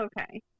okay